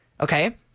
Okay